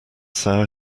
sour